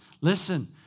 Listen